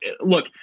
look—